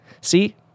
see